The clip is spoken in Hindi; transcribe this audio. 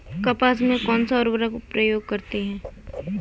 कपास में कौनसा उर्वरक प्रयोग करते हैं?